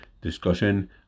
discussion